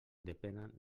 depenen